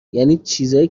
یعنی، چیزایی